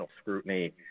scrutiny